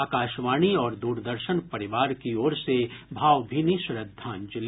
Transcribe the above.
आकाशवाणी और द्रदर्शन परिवार की ओर से भावभीनी श्रद्धांजलि